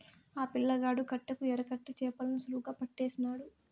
ఆ పిల్లగాడు కట్టెకు ఎరకట్టి చేపలను సులువుగా పట్టేసినాడు